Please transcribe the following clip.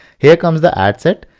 here comes the ad set.